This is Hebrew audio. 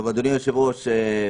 אדוני היושב-ראש,